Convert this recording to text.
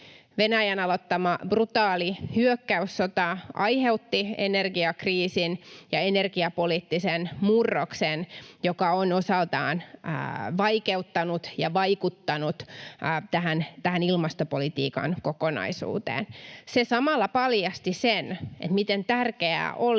Venäjän aloittama brutaali hyökkäyssota aiheutti energiakriisin ja energiapoliittisen murroksen, joka on osaltaan vaikeuttanut ja vaikuttanut tähän ilmastopolitiikan kokonaisuuteen. Se samalla paljasti sen, miten tärkeää oli,